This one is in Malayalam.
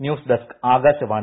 news desk Akashvani